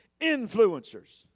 influencers